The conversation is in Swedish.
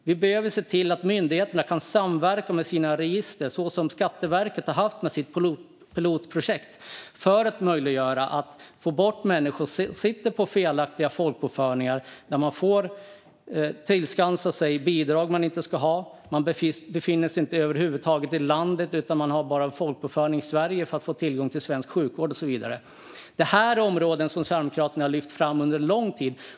Vi behöver se till att myndigheterna kan samverka med sina register, som Skatteverket har kunnat göra i sitt pilotprojekt, för att möjliggöra att man får bort människor som sitter på felaktiga folkbokföringar. Det handlar om personer som tillskansar sig bidrag de inte ska ha. De kanske inte ens befinner sig i landet men har en folkbokföring i Sverige för att ha tillgång till svensk sjukvård och så vidare. Detta är frågor som Sverigedemokraterna har lyft fram under lång tid.